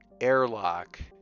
airlock